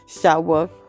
shower